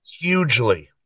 Hugely